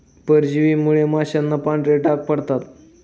परजीवींमुळे माशांना पांढरे डाग पडतात